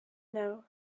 know